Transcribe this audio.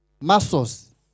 Muscles